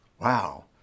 Wow